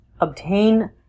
obtain